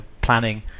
planning